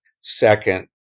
Second